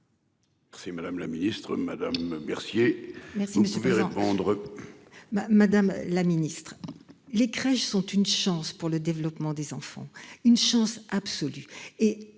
Si madame la ministre, Madame Mercier. Donc. Qui veut répondre. Bah, madame la Ministre, les crèches sont une chance pour le développement des enfants une chance absolue